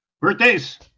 Birthdays